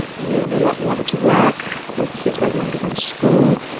you will not be able to work, your kids won't be able to go to school,